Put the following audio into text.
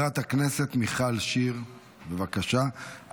חברת הכנסת מיכל שיר, בבקשה.